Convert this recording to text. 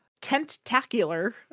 Tentacular